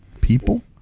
people